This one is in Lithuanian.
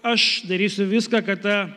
aš darysiu viską kad ta